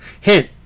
Hint